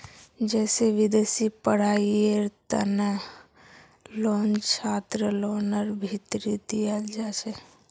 जैसे विदेशी पढ़ाईयेर तना लोन छात्रलोनर भीतरी दियाल जाछे